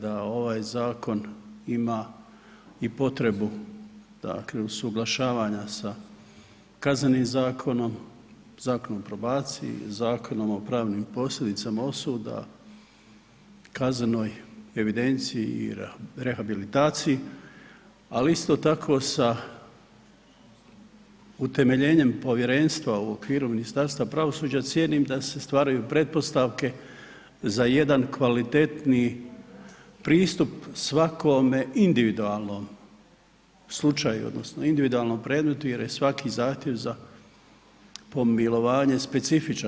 da ovaj zakon ima i potrebu usuglašavanja sa Kaznenim zakonom, Zakonom o probaciji, Zakonom o pravnim posljedicama osuda, kaznenoj evidenciji i rehabilitaciji, ali isto tako sa utemeljenjem povjerenstva u okviru Ministarstva pravosuđa cijenim da se stvaraju pretpostavke za jedan kvalitetniji pristup svakome individualnom slučaju odnosno individualnom predmetu jer je svaki zahtjev za pomilovanje specifičan.